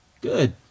Good